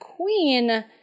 queen